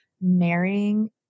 marrying